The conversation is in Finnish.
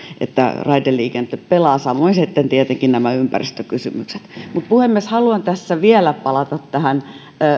että raideliikenne pelaa samoin tietenkin nämä ympäristökysymykset puhemies haluan vielä palata tähän